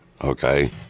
Okay